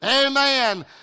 Amen